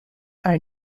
are